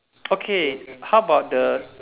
okay how about the